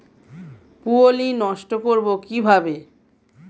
পুত্তলি নষ্ট করব কিভাবে?